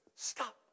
Stop